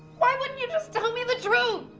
why wouldn't you just tell me the truth?